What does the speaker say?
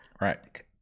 Right